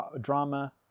drama